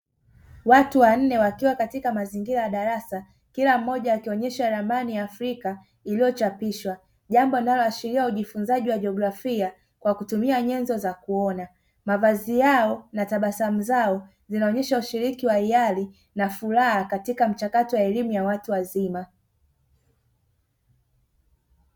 Watu wanne wakiwa katika mazingira ya darasa kila mmoja akionyesha ramani ya Afrika iliyochapishwa. Jambo linaloashiria ujifunzaji wa jiografia kwa kutumia nyenzo za kuona. Mavazi yao na tabasamu zao zinaonyesha ushiriki wa hiari na furaha katika mchakato wa elimu ya watu wazima.